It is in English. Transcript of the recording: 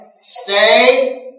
Stay